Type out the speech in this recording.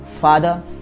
father